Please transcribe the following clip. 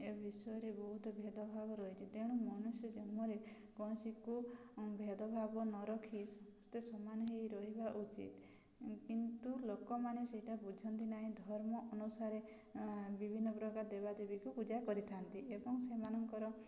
ଏ ବିଷୟରେ ବହୁତ ଭେଦଭାବ ରହିଚି ତେଣୁ ମନୁଷ୍ୟ ଜନ୍ମରେ କୌଣସିକୁ ଭେଦଭାବ ନ ରଖି ସମସ୍ତେ ସମାନ ହେଇ ରହିବା ଉଚିତ କିନ୍ତୁ ଲୋକମାନେ ସେଇଟା ବୁଝନ୍ତି ନାହିଁ ଧର୍ମ ଅନୁସାରେ ବିଭିନ୍ନ ପ୍ରକାର ଦେବାଦେବୀକୁ ପୂଜା କରିଥାନ୍ତି ଏବଂ ସେମାନଙ୍କର